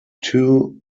two